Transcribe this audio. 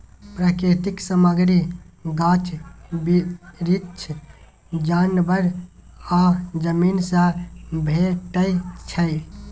प्राकृतिक सामग्री गाछ बिरीछ, जानबर आ जमीन सँ भेटै छै